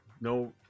No